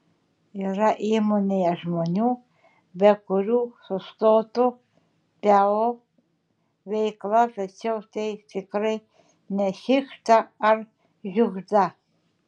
yra įmonėje žmonių be kurių sustotų teo veikla tačiau tai tikrai ne šikšta ar žiugžda